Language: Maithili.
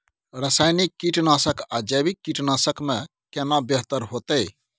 रसायनिक कीटनासक आ जैविक कीटनासक में केना बेहतर होतै?